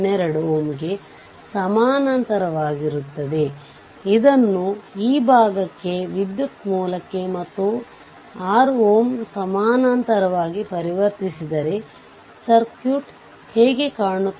RThevenin 4 Ω ಪಡೆದ ನಂತರಇದು Thevenin ಸಮಾನ ಸರ್ಕ್ಯೂಟ್ ಆಗಿದೆ